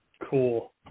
Cool